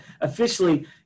officially